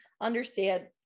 understand